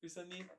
recently